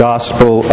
Gospel